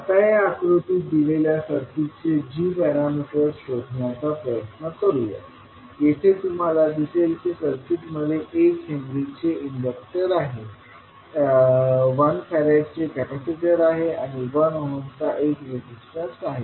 आता या आकृतीत दिलेल्या सर्किटचे g पॅरामीटर्स शोधण्याचा प्रयत्न करूया येथे तुम्हाला दिसेल की सर्किटमध्ये 1 हेनरीचे इंडक्टर आहे 1 फॅरडचे कॅपेसिटर आहे आणि 1 ओहमचा एक रेजिस्टन्स आहे